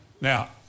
Now